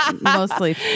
Mostly